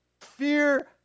fear